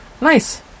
Nice